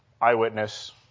eyewitness